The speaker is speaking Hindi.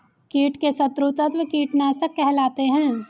कीट के शत्रु तत्व कीटनाशक कहलाते हैं